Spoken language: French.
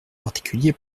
particulier